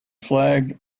flag